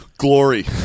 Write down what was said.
glory